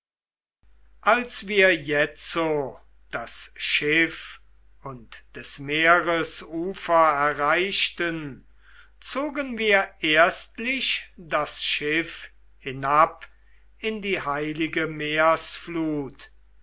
als wir jetzo das schiff und des meeres ufer erreichten zogen wir erstlich das schiff hinab in die heilige